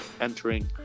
entering